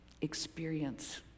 experience